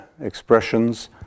expressions